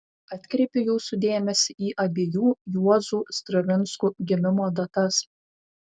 atkreipiu jūsų dėmesį į abiejų juozų stravinskų gimimo datas